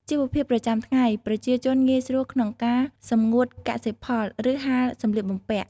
ជីវភាពប្រចាំថ្ងៃ ប្រជាជនងាយស្រួលក្នុងការសម្ងួតកសិផល ឬហាលសម្លៀកបំពាក់។